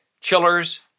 chillers